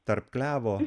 tarp klevo